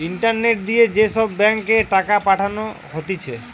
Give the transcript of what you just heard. internet দিয়ে যে সব ব্যাঙ্ক এ টাকা পাঠানো হতিছে